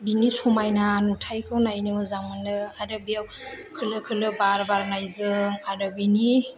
बिनि समायना नुथायखौ नायनो मोजां मोनो आरो बेयाव खोलो खोलो बार बारनायजों आरो बेनि